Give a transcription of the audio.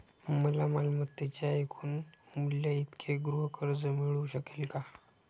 मला मालमत्तेच्या एकूण मूल्याइतके गृहकर्ज मिळू शकेल का?